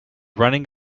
running